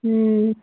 हुँ